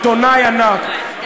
עיתונאי ענק,